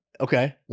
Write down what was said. Okay